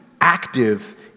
active